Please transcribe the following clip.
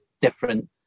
different